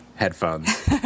Headphones